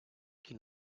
qui